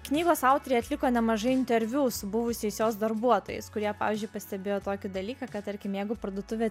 knygos autoriai atliko nemažai interviu su buvusiais jos darbuotojais kurie pavyzdžiui pastebėjo tokį dalyką tarkim jeigu parduotuvė